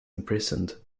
imprisoned